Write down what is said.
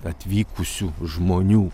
atvykusių žmonių